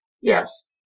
Yes